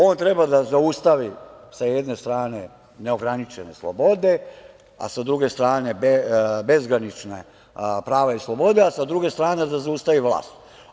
On treba da zaustavi, sa jedne strane, neograničene slobode, sa druge strane bezgranična prava i slobode, a sa druge strane da zaustavi vlast.